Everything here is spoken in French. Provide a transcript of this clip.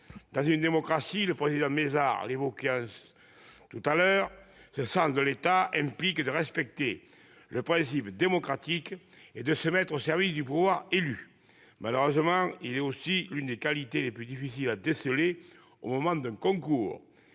Dans une démocratie, le président Mézard l'évoquait, le sens de l'État implique de respecter le principe démocratique et de se mettre au service du pouvoir élu. Malheureusement, cette qualité est l'une des plus difficiles à déceler au moment d'un concours.